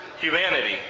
humanity